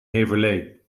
heverlee